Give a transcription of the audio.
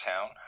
town